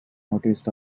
noticed